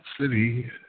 City